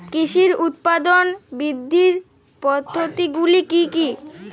কৃষির উৎপাদন বৃদ্ধির পদ্ধতিগুলি কী কী?